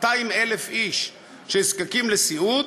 200,000 איש שזקוקים לסיעוד,